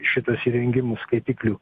šitas įrengimas skaitiklių